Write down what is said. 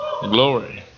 Glory